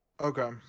Okay